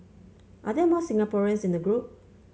are there more Singaporeans in the group